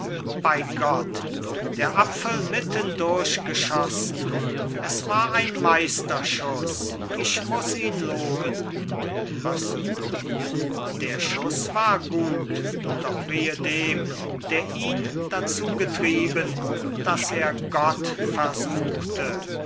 bei gott der apfel mitten durchgeschossen es war ein meisterschuss ich muss ihn loben rösselmann der schuss war gut doch wehe dem der ihn dazu getrieben dass er gott versuchte